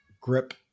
grip